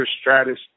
Stratus